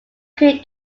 greek